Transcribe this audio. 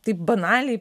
taip banaliai